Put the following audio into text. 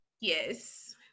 Yes